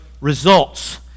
results